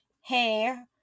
Hey